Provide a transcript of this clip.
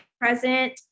present